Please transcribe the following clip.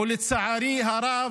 ולצערי הרב,